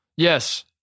Yes